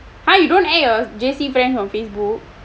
!huh! you don't add your J_C friend on Facebook